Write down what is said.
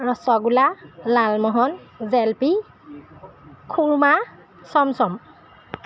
ৰসগোল্লা লালমোহন জেলেপি খুৰ্মা চমচম